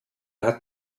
hat